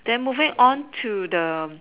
then moving on to the